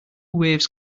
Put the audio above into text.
waves